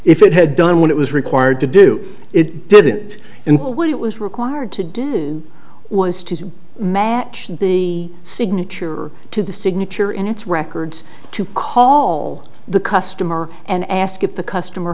if it had done what it was required to do it did it and what it was required to do was to match the signature to the signature in its records to call the customer and ask if the customer